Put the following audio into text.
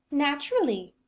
naturally!